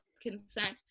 consent